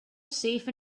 safe